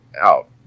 out